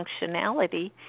functionality